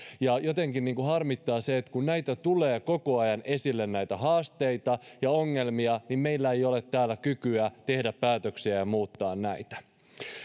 ja jotenkin harmittaa se että kun tulee koko ajan esille näitä haasteita ja ongelmia niin meillä ei ole täällä kykyä tehdä päätöksiä ja muuttaa näitä